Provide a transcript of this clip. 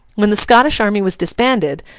when the scottish army was disbanded,